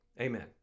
Amen